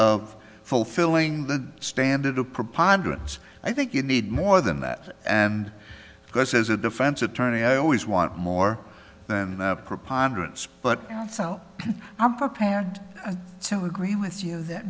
of fulfilling the standard a preponderance i think you need more than that and because as a defense attorney i always want more than a preponderance but not so i'm prepared to agree with you that